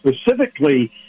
specifically